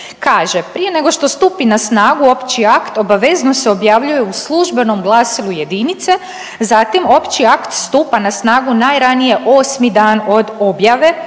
kaže „Prije nego što stupi na snagu opći akt obavezno se objavljuje u službenom glasilu jedinice, zatim opći akt stupa na snagu najranije osmi dan od objave“,